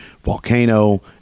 Volcano